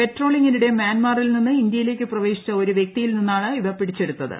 പട്രോളിംഗിനിടെ മ്യാൻമാറിൽ നിന്ന് ഇന്തൃയിലേക്ക് പ്രവേശിച്ച ഒരു വ്യക്തിയിൽ നിന്നാണ് ഇവ പിടിച്ചെടുത്തത്